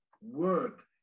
work